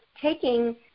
taking